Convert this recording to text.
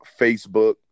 Facebook